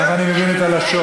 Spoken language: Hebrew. כך אני מבין את הלשון.